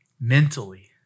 mentally